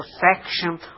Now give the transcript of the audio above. perfection